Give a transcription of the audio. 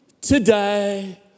today